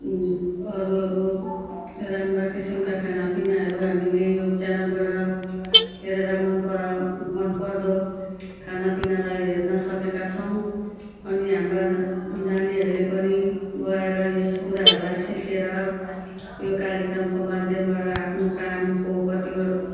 अरू अरू राम्रा किसिमका खानापिनाहरू हामीले यो च्यानलबाट हेरेर मनपरा मनपर्दो खानापिनालाई हेर्न सकेका छौँ अनि हाम्रा नानीहरूले पनि गएर यस कुराहरूलाई सिकेर यो कार्यक्रमको माध्यमबाट आफ्नो कामको कतिवटा